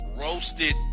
roasted